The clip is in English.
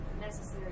necessary